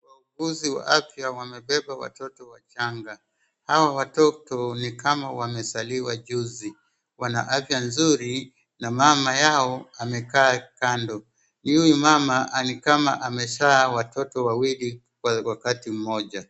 Wauguzi wa afya wamebeba watoto wachanga. Hawa watoto ni kama wamezaliwa juzi, wana afya nzuri na mama yao amekaa kando. Huyu mama nikama amezaa hawa watoto wawili wakati mmoja.